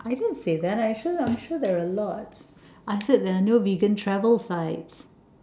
I didn't say that I'm sure I'm sure there are a lot I said there are no vegan travel sites